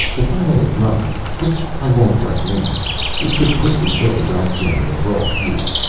if i let it run which i won't right now it could quickly fill the drive chamber with raw fuel.